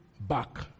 back